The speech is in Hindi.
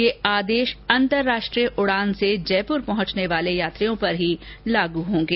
ये आदेश अंतर्राष्ट्रीय उड़ान से जयपुर पहुंचने वाले यात्रियों पर ही लागू होगें